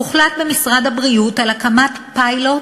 הוחלט במשרד הבריאות על הקמת פיילוט